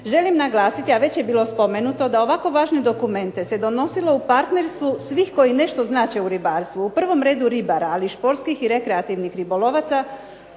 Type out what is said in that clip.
Želim naglasiti, a već je bilo spomenuto da ovako važne dokumente se donosilo u partnerstvu svih koji nešto znače u ribarstvu, u prvom redu ribara, ali i športskih i rekreativnih ribolovaca